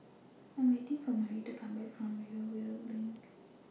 I Am waiting For Marie to Come Back from Rivervale LINK